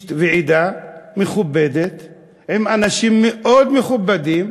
ועידה מכובדת עם אנשים מאוד מכובדים,